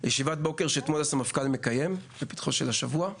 לישיבת בוקר שקיים אתמול הסמפכ״ל בפתחו של השבוע ובה